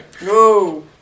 No